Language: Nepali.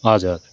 हजुर